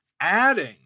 adding